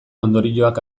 ondorioak